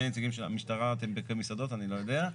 שני נציגים של המשטרה - במסעדות אני לא יודע.